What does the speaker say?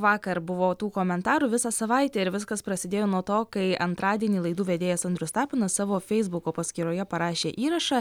vakar buvo tų komentarų visą savaitę ir viskas prasidėjo nuo to kai antradienį laidų vedėjas andrius tapinas savo feisbuko paskyroje parašė įrašą